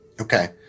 Okay